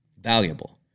valuable